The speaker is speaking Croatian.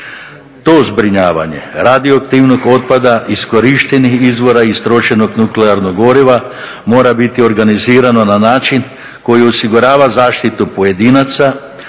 To zbrinjavanje radioaktivnog otpada, iskorištenih izvora i iskorištenog nuklearnog goriva mora biti organizirano na način koji osigurava zaštitu pojedinaca,